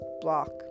block